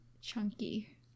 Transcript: Chunky